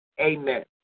amen